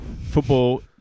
football